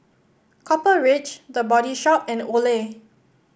Copper Ridge The Body Shop and Olay